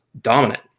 dominant